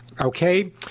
okay